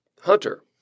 Hunter